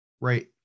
right